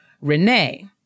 Renee